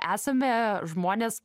esame žmonės